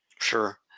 Sure